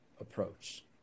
approach